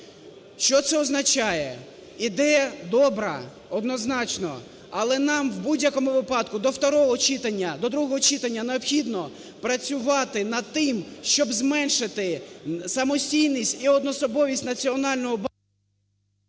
Що це означає? Ідея добра, однозначно, але нам в будь-якому випадку довторого читання, до другого читання необхідно працювати над тим, щоб зменшити самостійність і одноособовість Національного банку…